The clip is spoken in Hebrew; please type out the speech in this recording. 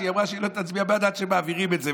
היא אמרה שהיא לא תצביע בעד עד שמעבירים את זה.